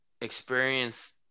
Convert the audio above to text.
experience